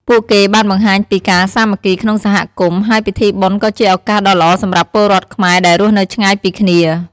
ពួកគេបានបង្ហាញពីការសាមគ្គីក្នុងសហគមន៍ ហើយពិធីបុណ្យក៏ជាឱកាសដ៏ល្អសម្រាប់ពលរដ្ឋខ្មែរដែលរស់នៅឆ្ងាយពីគ្នា។